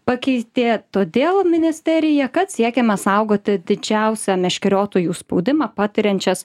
pakeitė todėl ministerija kad siekiama saugoti didžiausią meškeriotojų spaudimą patiriančias